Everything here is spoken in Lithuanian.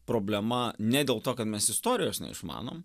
problema ne dėl to kad mes istorijos neišmanom